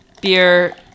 beer